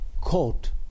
court